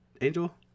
Angel